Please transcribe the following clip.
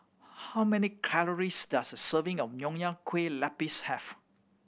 how many calories does a serving of Nonya Kueh Lapis have